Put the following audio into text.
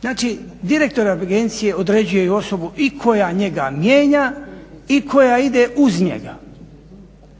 Znači direktor agencije određuje i osobu i koja njega mijenja i koja ide uz njega.